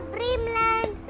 Dreamland